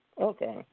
Okay